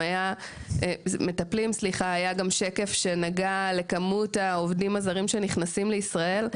היה גם שקף שנגע לכמות העובדים הזרים שנכנסים לישראל,